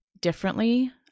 differently